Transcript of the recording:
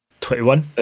Twenty-one